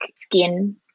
skin